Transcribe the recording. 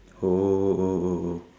oh oh oh oh